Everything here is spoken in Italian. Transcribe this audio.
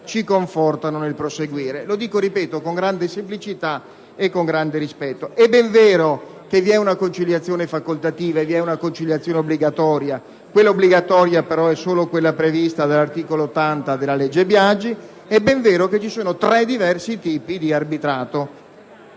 ci confortano nel proseguire, e lo dico con grande semplicità e rispetto. È ben vero che c'è una conciliazione facoltativa e una obbligatoria; quella obbligatoria però è solo quella prevista dall'articolo 80 della legge Biagi. È ben vero che vi sono tre diversi tipi di arbitrato: